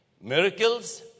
miracles